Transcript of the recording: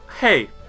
hey